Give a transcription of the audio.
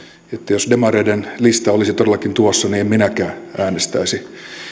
jos demareiden lista olisi todellakin tuossa niin en minäkään äänestäisi